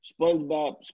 SpongeBob